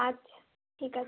আচ্ছা ঠিক আছে